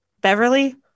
Beverly